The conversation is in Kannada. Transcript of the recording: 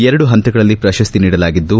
ಎರಡು ಪಂತಗಳಲ್ಲಿ ಪ್ರಶಸ್ತಿ ನೀಡಲಾಗಿದ್ದು